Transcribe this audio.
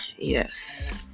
Yes